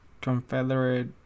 confederate